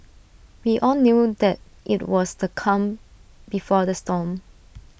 we all knew that IT was the calm before the storm